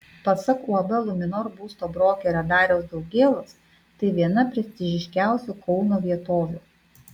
pasak uab luminor būsto brokerio dariaus daugėlos tai viena prestižiškiausių kauno vietovių